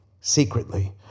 secretly